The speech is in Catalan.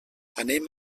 anem